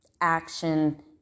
action